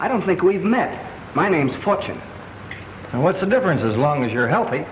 i don't think we've met my name's fortune so what's the difference as long as you're healthy